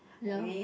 yeah